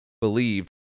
believed